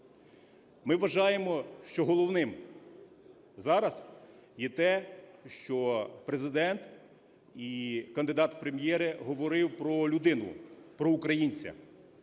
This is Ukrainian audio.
Ми вважаємо, що головним зараз є те, що Президент і кандидат в Прем'єри говорили про людину, про українця.